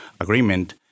agreement